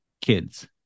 kids